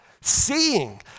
seeing